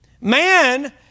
man